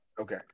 Okay